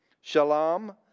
Shalom